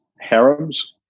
harems